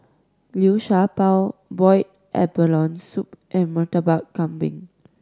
Liu Sha Bao boiled abalone soup and Murtabak Kambing